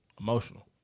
emotional